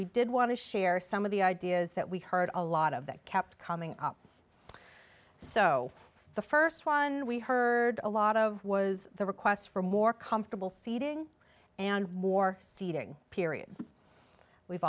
we did want to share some of the ideas that we heard a lot of that kept coming up so the first one we heard a lot of was the requests for more comfortable seating and more seating period we've